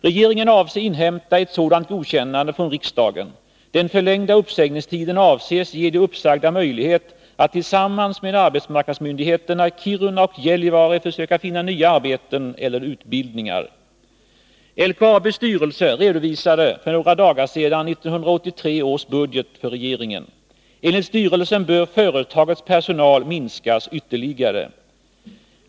Regeringen avser inhämta ett sådant godkännande från riksdagen. Den förlängda uppsägningstiden avses ge de uppsagda möjlighet att tillsammans med arbetsmarknadsmyndigheterna i Kiruna och Gällivare försöka finna nya arbeten eller utbildningar. LKAB:s styrelse redovisade för några dagar sedan 1983 års budget för regeringen. Enligt styrelsen bör företagets personal minskas ytterligare.